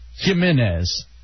Jimenez